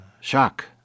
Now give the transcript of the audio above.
shock